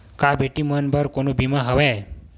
का बेटी मन बर कोनो बीमा हवय?